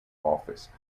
office